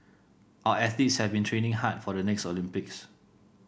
our athletes have been training hard for the next Olympics